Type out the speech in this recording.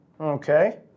Okay